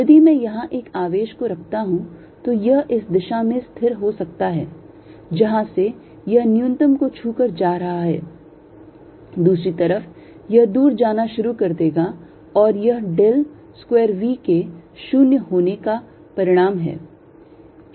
यदि मैं यहां एक आवेश को रखता हूं तो यह इस दिशा में स्थिर हो सकता है जहां से यह न्यूनतम को छू कर जा रहा है दूसरी तरफ यह दूर जाना शुरू कर देगा और यह del square V के 0 होने का परिणाम है